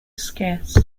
scarce